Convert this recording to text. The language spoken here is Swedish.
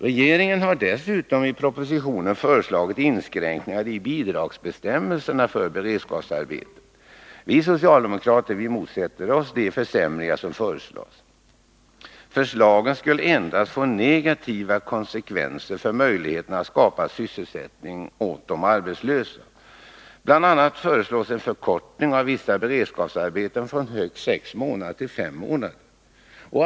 Regeringen har dessutom i propositionen föreslagit inskränkningar i bidragsbestämmelserna för beredskapsarbeten. Vi socialdemokrater motsät ter oss de försämringar som föreslås. Förslagen skulle endast få negativa konsekvenser för möjligheterna att skapa sysselsättning åt de arbetslösa. Bl. a. föreslås en förkortning av vissa beredskapsarbeten från högst sex månader till fem månader.